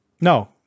No